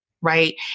right